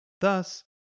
Thus